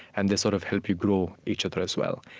and they sort of help you grow each other, as well.